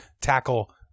tackle